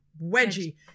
wedgie